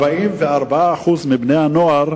44% מבני הנוער